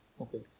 Okay